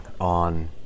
on